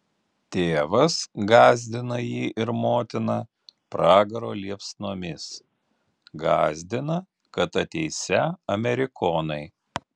tėvas gąsdina jį ir motiną pragaro liepsnomis gąsdina kad ateisią amerikonai